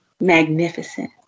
magnificent